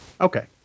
Okay